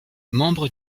membre